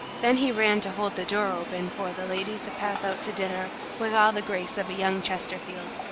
then he ran to hold the door open for the ladies to pass out to dinner, with all the grace of a young chesterfield.